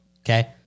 Okay